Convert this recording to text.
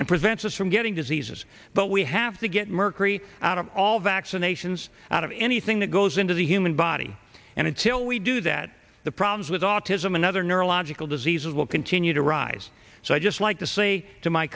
and prevents us from getting diseases but we have to get mercury out of all vaccinations out of anything that goes into the human body and until we do that the problems with autism another neurological disease will continue to rise so i just like to say to my